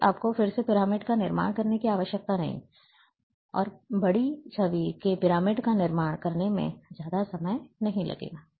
फिर आपको फिर से पिरामिड का निर्माण करने की आवश्यकता नहीं है और बड़ी छवि के पिरामिड का निर्माण करने में ज्यादा समय नहीं लगेगा